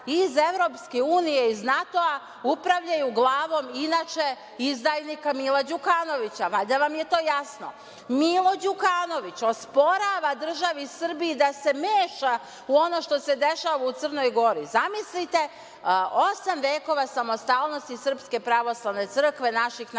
iz EU, iz NATO upravljaju glavom, inače, izdajnika Mila Đukanovića. Valjda vam je to jasno? Milo Đukanović osporava državi Srbiji da se meša u ono što se dešava u Crnoj Gori. Zamislite, osam vekova samostalnosti SPC, naših najvećih